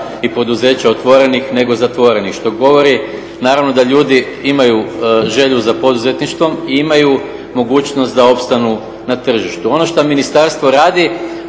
i poduzeća otvorenih nego zatvorenih što govori naravno da ljudi imaju želju za poduzetništvom i imaju mogućnost da opstanu na tržištu. Ono što ministarstvo radi